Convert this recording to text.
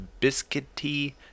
biscuity